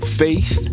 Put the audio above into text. faith